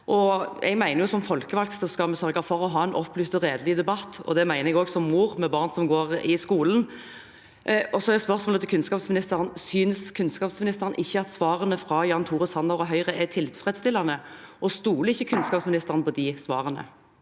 mener jeg vi skal sørge for å ha en opplyst og redelig debatt, og det mener jeg også som mor, med barn som går i skolen. Spørsmålet til kunnskapsministeren er: Synes ikke kunnskapsministeren svarene fra Jan Tore Sanner og Høyre er tilfredsstillende, og stoler ikke kunnskapsministeren på de svarene?